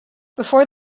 before